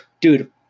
Dude